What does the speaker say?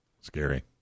Scary